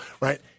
Right